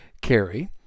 carry